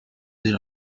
sich